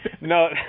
No